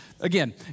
Again